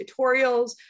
tutorials